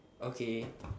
okay